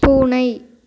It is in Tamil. பூனை